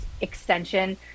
extension